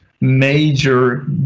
Major